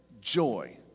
joy